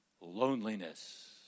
loneliness